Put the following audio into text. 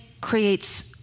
creates